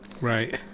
right